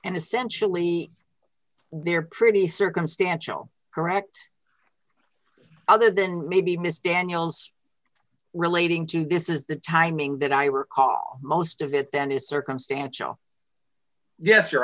essentially they're pretty circumstantial correct other than maybe mr daniels relating to this is the timing that i recall most of it then is circumstantial yes